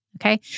Okay